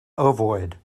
ovoid